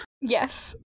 Yes